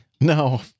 No